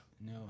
No